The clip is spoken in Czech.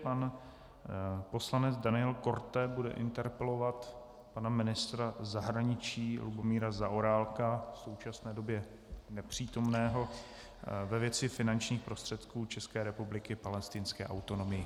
Pan poslanec Daniel Korte bude interpelovat pana ministra zahraničí Lubomíra Zaorálka, v současné době nepřítomného, ve věci finančních prostředků České republiky palestinské autonomii.